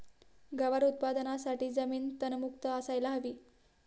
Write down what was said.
गवार उत्पादनासाठी जमीन तणमुक्त असायला हवी